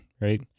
right